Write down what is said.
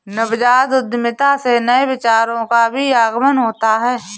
नवजात उद्यमिता से नए विचारों का भी आगमन होता है